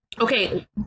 Okay